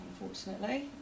unfortunately